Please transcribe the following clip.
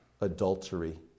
adultery